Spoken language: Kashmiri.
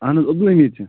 اَہن حظ عبدُ الحمید چھِ